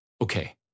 Okay